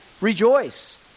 Rejoice